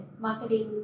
marketing